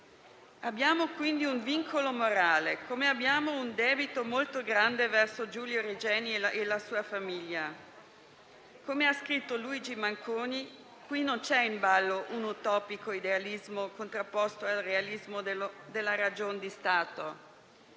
Abbiamo, quindi, un vincolo morale, come abbiamo un debito molto grande verso Giulio Regeni e la sua famiglia. Come ha scritto Luigi Manconi, qui non è in ballo un utopico idealismo contrapposto al realismo della ragion di Stato.